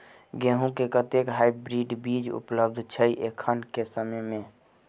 गेंहूँ केँ कतेक हाइब्रिड बीज उपलब्ध छै एखन केँ समय मे?